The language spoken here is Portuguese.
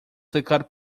cercado